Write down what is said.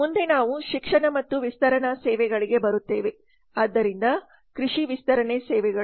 ಮುಂದೆ ನಾವು ಶಿಕ್ಷಣ ಮತ್ತು ವಿಸ್ತರಣಾ ಸೇವೆಗಳಿಗೆ ಬರುತ್ತೇವೆ ಆದ್ದರಿಂದ ಕೃಷಿ ವಿಸ್ತರಣೆ ಸೇವೆಗಳು